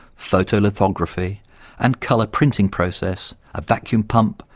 photolithography and colour printing process, a vacuum pump,